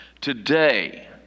Today